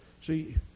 see